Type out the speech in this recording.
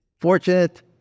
fortunate